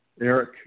Eric